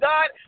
God